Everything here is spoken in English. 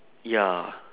ya